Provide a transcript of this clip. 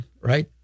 right